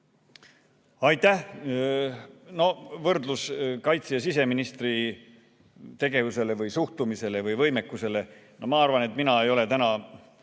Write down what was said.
Aitäh! Võrrelda kaitse‑ ja siseministri tegevust või suhtumist või võimekust – ma arvan, et mina ei ole täna